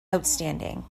outstanding